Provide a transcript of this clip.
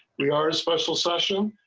we are special session.